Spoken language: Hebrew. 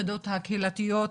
היחידות הקהילתיות,